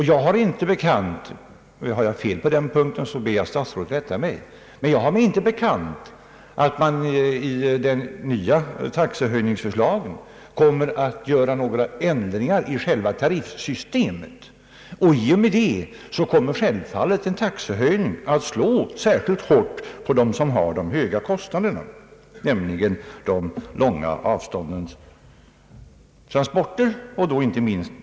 Jag har mig icke bekant — om jag har fel på denna punkt, så ber jag statsrådet rätta mig — att man i de nya taxehöjningsförslagen kommer att göra några ändringar i själva tariffsystemet. I och med detta kommer självfallet en taxehöjning att slå särskilt hårt på dem som har de höga kostnaderna, nämligen de som har transporter över långa avstånd.